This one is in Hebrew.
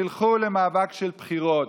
תלכו למאבק של בחירות,